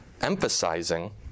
emphasizing